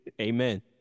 Amen